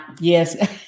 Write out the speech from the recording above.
yes